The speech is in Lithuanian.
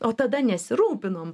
o tada nesirūpinom